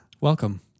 Welcome